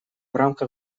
рамках